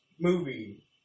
movie